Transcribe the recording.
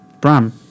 Bram